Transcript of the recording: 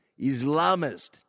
Islamist